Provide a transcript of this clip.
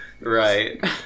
right